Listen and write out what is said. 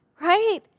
Right